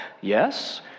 Yes